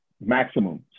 maximum